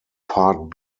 part